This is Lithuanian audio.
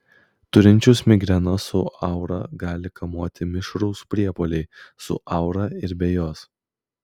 turinčius migreną su aura gali kamuoti mišrūs priepuoliai su aura ir be jos